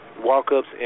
walk-ups